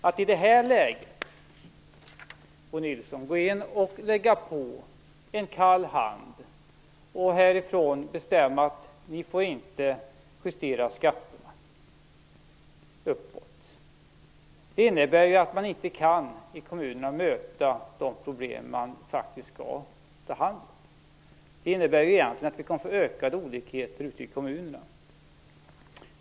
Att i det läget, Bo Nilsson, härifrån visa upp en kall hand och bestämma att man inte får justera skatterna uppåt innebär att kommunerna inte kan möta de problem som de faktiskt skall ta hand om. Det medför att vi kommer att få ökade olikheter ute i kommunerna.